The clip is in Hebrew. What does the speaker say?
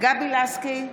גבי לסקי,